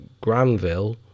Granville